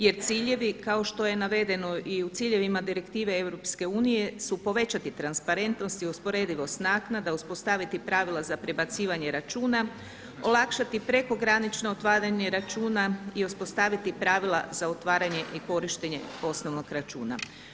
Jer ciljevi kao što je navedeno i u ciljevima Direktive EU su povećati transparentnost i usporedivost naknada, uspostaviti pravila za prebacivanje računa, olakšati prekogranično otvaranje računa i uspostaviti pravila za otvaranje i korištenje osnovnog računa.